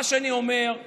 מה שאני אומר זה